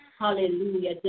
hallelujah